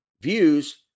views